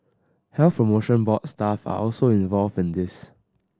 Health Promotion Board staff are also involved in this